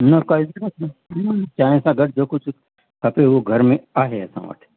न काई चांहि सां गॾु ॿियो कुझु खपे उहो घर में आहे असां वटि